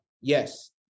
Yes